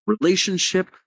relationship